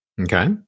Okay